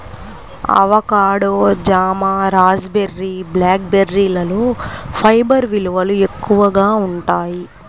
avocado, జామ, raspberry, black బెర్రీలలో fibre విలువలు ఎక్కువగా ఉంటాయి